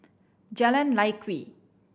Jalan Lye Kwee